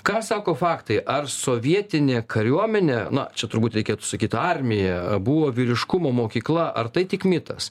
ką sako faktai ar sovietinė kariuomenė na čia turbūt reikėtų sakyt armija buvo vyriškumo mokykla ar tai tik mitas